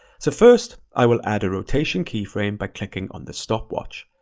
so first, i will add a rotation keyframe by clicking on the stopwatch.